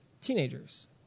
Teenagers